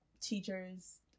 teachers